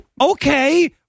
Okay